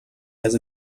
has